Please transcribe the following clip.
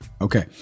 Okay